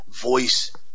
voice